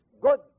good